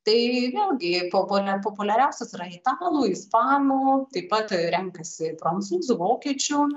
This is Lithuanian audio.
tai vėlgi populia populiariausios yra italų ispanų taip pat renkasi prancūzų vokiečių